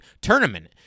tournament